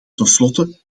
tenslotte